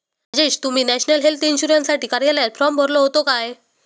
राजेश, तुम्ही national health इन्शुरन्ससाठी कार्यालयात फॉर्म भरलो होतो काय?